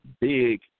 big